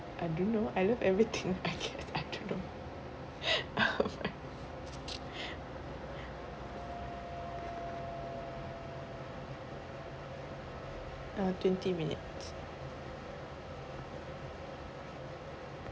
I don't know I love everything I can't I don't know oh my uh twenty minutes